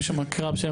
יש שם את אביגיל,